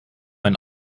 ein